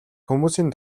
хүмүүсийн